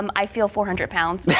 um i feel four hundred pounds.